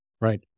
Right